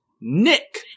Nick